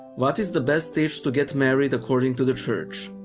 what is the best age to get married according to the church?